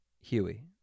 huey